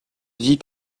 vie